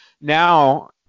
Now